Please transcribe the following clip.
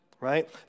right